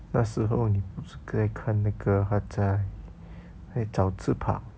那时候你不是可以看那个他在找翅膀